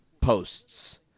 posts